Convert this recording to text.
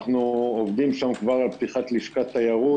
אנחנו עובדים שם כבר על פתיחת לשכת תיירות,